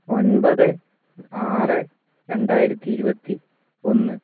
ഒൻപത് ആറ് രണ്ടായിരത്തി ഇരുപത്തി ഒന്ന്